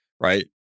right